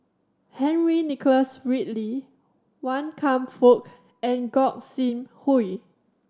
Henry Nicholas Ridley Wan Kam Fook and Gog Sing Hooi